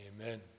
Amen